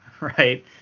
right